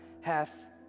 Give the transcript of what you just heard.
hath